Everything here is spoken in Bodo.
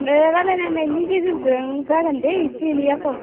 दे रायज्लायलायनायनि गेजेरजों जागोन दे इसे एनैआ खम